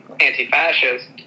anti-fascist